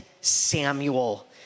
Samuel